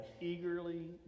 eagerly